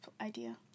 idea